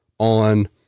On